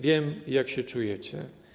Wiem, jak się czujecie.